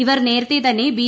ഇവർ നേരത്തെ തന്നെ ബി